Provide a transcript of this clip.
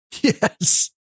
Yes